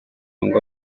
ngo